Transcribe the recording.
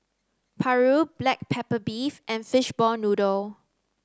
paru black pepper beef and fishball noodle